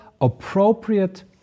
appropriate